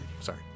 Sorry